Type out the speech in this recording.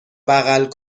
بغل